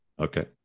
Okay